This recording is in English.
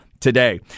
today